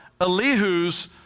Elihu's